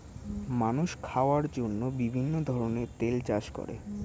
মানুষ খাওয়ার জন্য বিভিন্ন ধরনের তেল চাষ করে